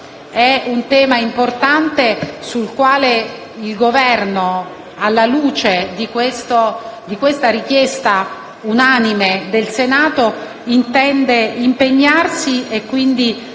È un tema importante sul quale il Governo, alla luce di questa richiesta unanime del Senato, intende impegnarsi, ragion